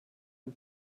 and